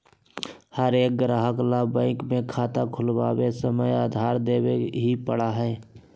हर एक ग्राहक ला बैंक में खाता खुलवावे समय आधार देवे ही पड़ा हई